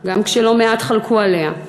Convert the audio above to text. גם כשלא מעט חלקו עליה.